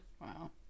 Wow